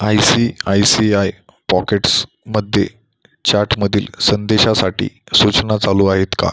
I C I C I पॉकेट्समध्ये चॅटमधील संदेशासाठी सूचना चालू आहेत का